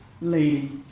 lady